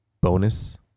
bonus